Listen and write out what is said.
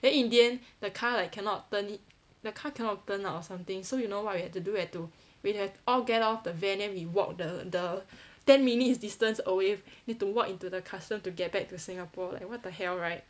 then in the end the car like cannot turn in the car cannot turn out or something so you know what we had to do we had to we had all get off the van then we walk the the ten minutes distance away need to walk into the custom to get back to singapore like what the hell right